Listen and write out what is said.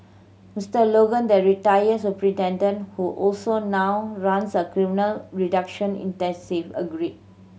Mister Logan the retired superintendent who also now runs a criminal reduction agreed